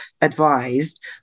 advised